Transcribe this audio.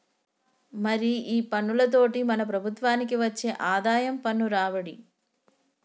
మరి ఈ పన్నులతోటి మన ప్రభుత్వనికి వచ్చే ఆదాయం పన్ను రాబడి